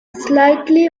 slightly